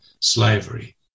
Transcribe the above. slavery